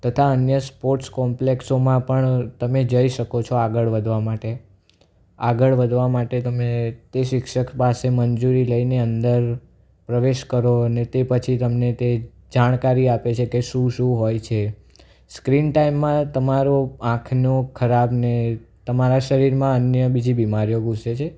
તથા અન્ય સ્પોર્ટ્સ કોમ્પ્લેક્સોમાં પણ તમે જઈ શકો છો આગળ વધવા માટે આગળ વધવા માટે તમે શિક્ષક પાસે મંજૂરી લઈને અંદર પ્રવેશ કરો અને તે પછી તમને તે જાણકારી આપે છે કે શું શું હોય છે સ્ક્રીન ટાઈમ તમારો આંખનો ખરાબ ને તમારા શરીરમાં અન્ય બીજે બીમારીઓ ઘુસે છે